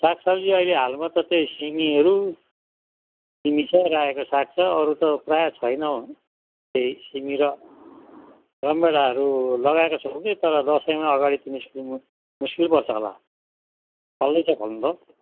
साग सब्जी अहिले हालमा त त्यही सिमीहरू सिमी छ रायोको साग छ अरू त प्रायः छैन त्यही सिमी र रमभेडाहरू लगाएको छौँ कि तर दसैँमा अघाडि त निस्किनु मुस्किल पर्छ होला फल्दैछ फल्नु त